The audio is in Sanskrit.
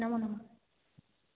नमो नमः